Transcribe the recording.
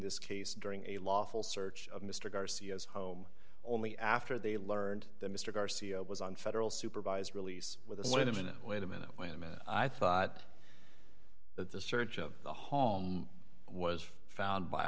this case during a lawful search of mr garcia's home only after they learned that mr garcia was on federal supervised release with us in a minute wait a minute wait a minute i thought that the search of the home was found by